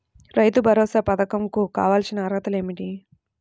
రైతు భరోసా పధకం కు కావాల్సిన అర్హతలు ఏమిటి?